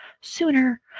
sooner